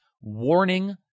warning